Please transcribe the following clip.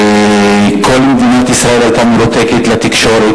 כל מדינת ישראל היתה מרותקת לתקשורת,